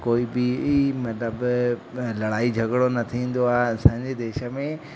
कोई बि मतिलबु लड़ाई झगिड़ो न थींदो आहे असांजे देश में